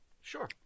Sure